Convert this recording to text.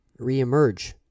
reemerge